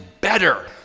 better